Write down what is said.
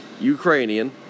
Ukrainian